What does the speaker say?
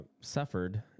suffered